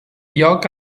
lloc